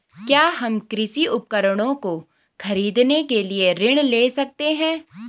क्या हम कृषि उपकरणों को खरीदने के लिए ऋण ले सकते हैं?